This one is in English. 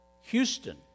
Houston